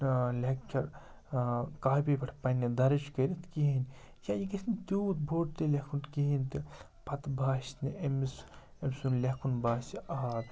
lecture copy پٮ۪ٹھ پنٛنہِ دَرٕج کٔرِتھ کِہیٖنۍ یا یہِ گَژھِ نہٕ تیوٗت بوٚڑ تہِ لیٚکھُن کِہیٖنۍ تہِ پَتہٕ باسہِ نہٕ أمِس أمۍ سُنٛد لیٚکھُن باسہِ آ